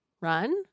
run